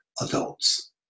adults